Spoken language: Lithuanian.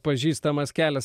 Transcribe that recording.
pažįstamas kelias